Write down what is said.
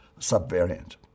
subvariant